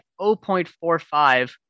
0.45